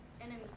Enemies